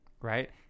Right